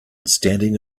standing